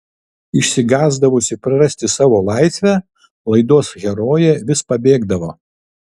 išsigąsdavusi prarasti savo laisvę laidos herojė vis pabėgdavo